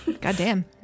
Goddamn